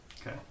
Okay